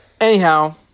Anyhow